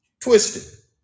twisted